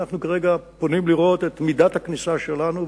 ואנחנו כרגע פונים לראות את מידת הכניסה שלנו,